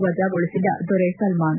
ವಜಾಗೊಳಿಸಿದ ದೊರೆ ಸಲ್ಮಾನ್